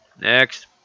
next